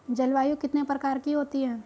जलवायु कितने प्रकार की होती हैं?